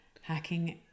hacking